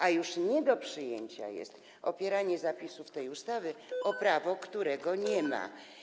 A już nie do przyjęcia jest opieranie zapisów tej ustawy na prawie, którego nie ma.